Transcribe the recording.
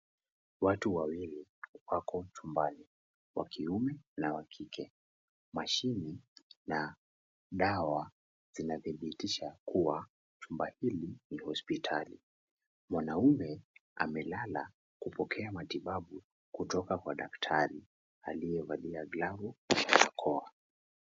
Watu wawili wako chumbani wa kiume na wa kike. Mashine na dawa zinathibitisha kuwa chumba hili ni hospitali. Mwanaume amelala kupokea matibabu kutoka kwa daktari aliyevalia glavu na barakoa.